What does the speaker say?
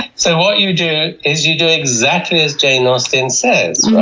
so what you do is, you do exactly as jane austen says.